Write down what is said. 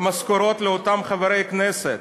משכורות לאותם חברי כנסת,